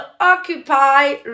occupy